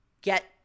get